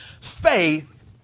faith